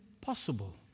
possible